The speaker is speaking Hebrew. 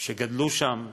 שגדלו שם,